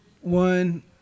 one